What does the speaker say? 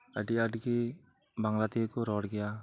ᱟᱹᱰᱤ ᱟᱸᱴ ᱜᱮ ᱵᱟᱝᱞᱟ ᱛᱮᱜᱮ ᱠᱚ ᱨᱚᱲ ᱜᱮᱭᱟ